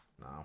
no